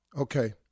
Okay